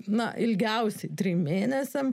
na ilgiausiai trim mėnesiam